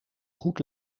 goed